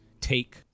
take